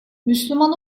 müslüman